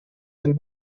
dem